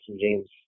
James